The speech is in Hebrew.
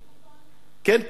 בעד, 9,